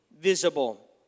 visible